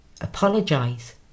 apologise